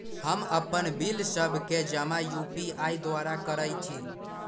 हम अप्पन बिल सभ के जमा यू.पी.आई द्वारा करइ छी